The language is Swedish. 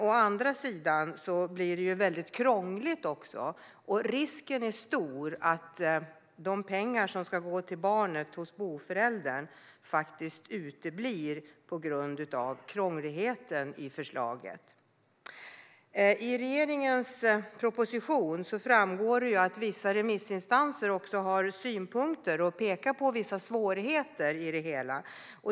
Å andra sidan blir det väldigt krångligt, och risken är stor att de pengar som ska gå till barnet hos boföräldern faktiskt uteblir på grund av krångligheten i förslaget. I regeringens proposition framgår att vissa remissinstanser också har synpunkter och pekar på några svårigheter i det hela.